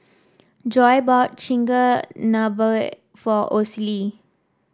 Joi bought Chigenabe for Osie